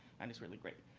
and it's really great.